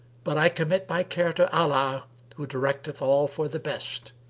but i commit my care to allah who directeth all for the best,